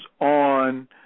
on